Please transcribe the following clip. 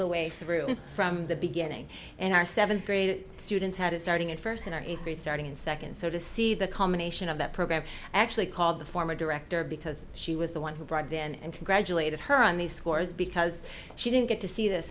the way through from the beginning and our seventh grade students had it starting at first in eighth grade starting in second so to see the culmination of that program actually called the former director because she was the one who brought in and congratulated her on these scores because she didn't get to see this